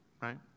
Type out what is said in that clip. Right